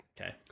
Okay